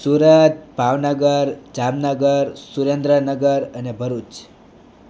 સુરત ભાવનગર જામનગર સુરેન્દ્રનગર અને ભરૂચ